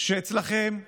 שאצלכם עדיין,